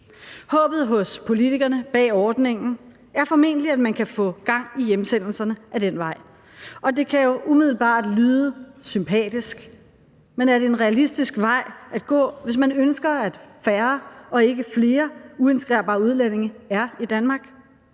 Håbet hos politikerne bag ordningen er formentlig, at man kan få gang i hjemsendelserne ad den vej, og det kan jo umiddelbart lyde sympatisk, men er det en realistisk vej at gå, hvis man ønsker, at færre og ikke flere uintegrerbare udlændinge er i Danmark?